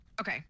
okay